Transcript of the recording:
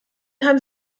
haben